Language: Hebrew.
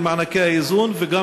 כבוד סגן השר,